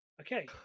Okay